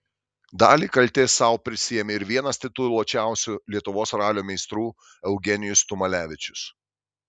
dalį kaltės sau prisiėmė ir vienas tituluočiausių lietuvos ralio meistrų eugenijus tumalevičius